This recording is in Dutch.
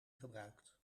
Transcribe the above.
gebruikt